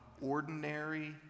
ordinary